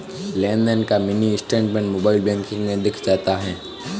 लेनदेन का mini statement mobile banking में दिख जाता है